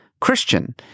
Christian